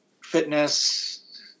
fitness